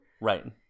right